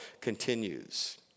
continues